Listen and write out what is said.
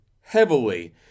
heavily